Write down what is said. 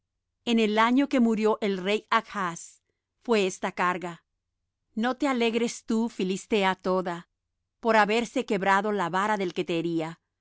en el año que murió el rey achz fué esta carga no te alegres tú filistea toda por haberse quebrado la vara del que te hería